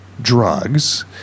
drugs